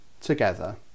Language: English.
together